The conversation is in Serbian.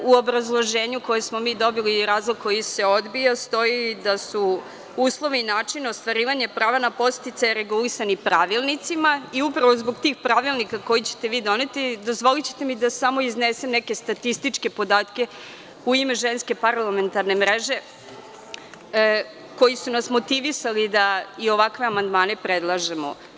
U obrazloženju koje smo mi dobili, razlog kojim se odbija stoji da su uslovi i način ostvarivanja prava na podsticaje regulisani pravilnicima i upravo zbog tih pravilnika, koje ćete vi doneti, dozvolićete mi samo da iznesem neke statističke podatke u ime Ženske parlamentarne mreže, koji su nas motivisali da ovakve amandmane predlažemo.